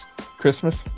Christmas